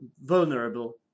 vulnerable